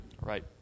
right